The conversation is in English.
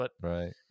Right